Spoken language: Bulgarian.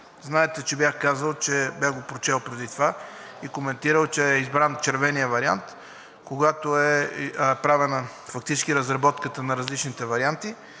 Знаете, че бях го прочел преди това и коментирал, че е избран червеният вариант, когато е правена фактически разработката на различните варианти.